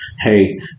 hey